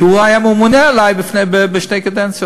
כי הוא היה הממונה עלי בשתי קדנציות.